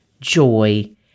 joy